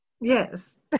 Yes